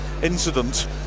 incident